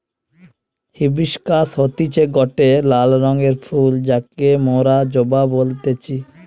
hibiscus হতিছে গটে লাল রঙের ফুল যাকে মোরা জবা বলতেছি